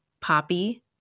poppy